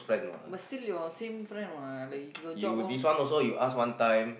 but still your same friend what like you got job all